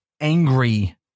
angry